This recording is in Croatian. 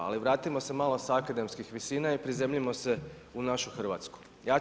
Ali vratimo se malo sa akademskih visina i prizemljimo se u našu Hrvatsku.